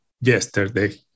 yesterday